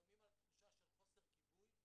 ולפעמים על תחושה של חוסר גיבוי,